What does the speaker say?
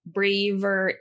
braver